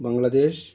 Bangladesh